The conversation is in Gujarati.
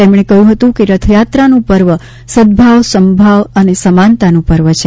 તેમણે કહ્યું હતું કે રથયાત્રાનું પર્વ સદ્દ્ભાવ સમભાવ અને સમાનતાનું પર્વ છે